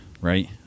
right